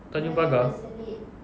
tanjong pagar